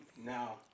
Now